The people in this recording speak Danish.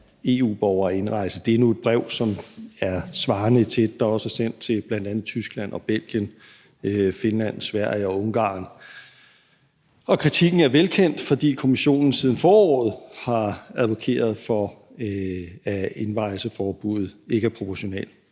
EU-borgere indrejse. Det er nu et brev, som er svarende til et, der også er sendt til bl.a. Tyskland, Belgien, Finland, Sverige og Ungarn. Kritikken er velkendt, fordi Kommissionen siden foråret har advokeret for, at indrejseforbuddet ikke er proportionelt.